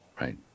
Right